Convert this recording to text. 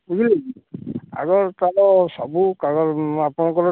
ବୁଝିଲେ କି ଆଗ ତା'ର ସବୁ କାଗଜ ଆପଣଙ୍କର